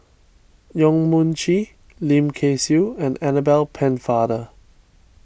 Yong Mun Chee Lim Kay Siu and Annabel Pennefather